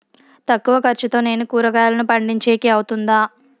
తక్కువ ఖర్చుతో నేను కూరగాయలను పండించేకి అవుతుందా?